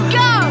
go